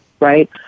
Right